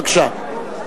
בבקשה.